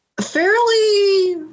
fairly